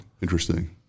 Interesting